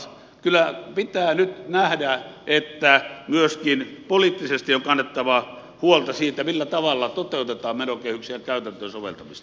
kyllä pitää nyt nähdä että myöskin poliittisesti on kannettava huolta siitä millä tavalla toteutetaan menokehyksien käytäntöön soveltamista